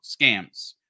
scams